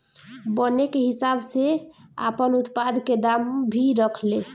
बने के हिसाब से आपन उत्पाद के दाम भी रखे ले